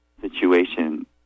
situation